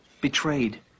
betrayed